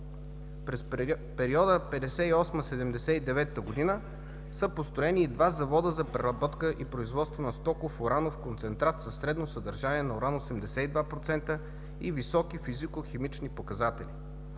През периода 1958 – 1979 г. са построени и два завода за преработка и производство на стоков уранов концентрат със средно съдържание на уран 82% и високи физикохимични показатели.